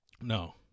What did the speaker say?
No